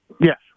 Yes